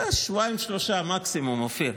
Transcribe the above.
שבועיים, שלושה מקסימום, אופיר.